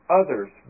others